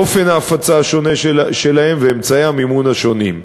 אופן ההפצה השונה שלהם ואמצעי המימון השונים.